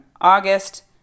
august